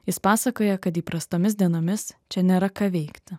jis pasakoja kad įprastomis dienomis čia nėra ką veikti